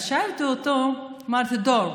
שאלתי אותו, אמרתי: דור,